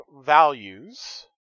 values